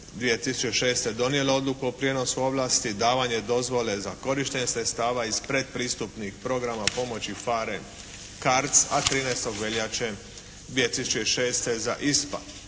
2006. donijela odluku o prijenosu ovlasti, davanje dozvole za korištenje sredstava iz predpristupnih programa pomoći PHARE CARDS a 13. veljače 2006. za ISPA.